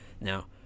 Now